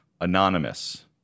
Anonymous